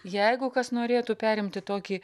jeigu kas norėtų perimti tokį